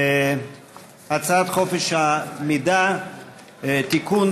הצעת חוק חופש המידע (תיקון,